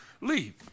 leave